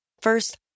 First